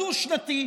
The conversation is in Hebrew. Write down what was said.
הדו-שנתי,